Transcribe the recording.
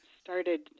started